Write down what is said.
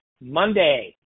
Monday